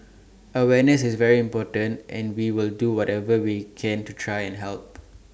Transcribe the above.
awareness is very important and we will do whatever we can to try and help